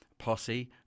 Posse